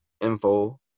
info